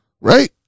right